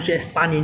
jasper eh